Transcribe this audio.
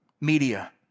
media